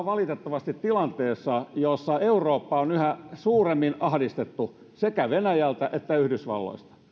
valitettavasti tilanteessa jossa eurooppa on yhä suuremmin ahdistettu sekä venäjältä että yhdysvalloista